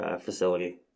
facility